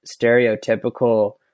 stereotypical